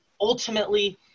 ultimately –